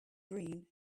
green